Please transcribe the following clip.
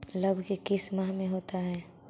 लव की किस माह में होता है?